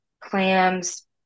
clams